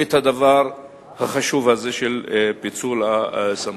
את הדבר החשוב הזה, של פיצול הסמכויות.